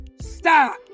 stop